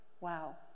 Wow